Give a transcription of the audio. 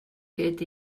get